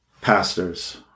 pastors